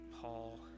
Paul